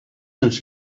ens